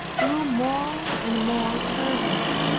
grew more and more fervent.